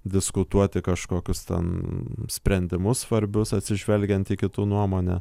diskutuoti kažkokius ten sprendimus svarbius atsižvelgiant į kitų nuomonę